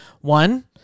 One